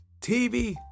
TV